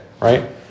right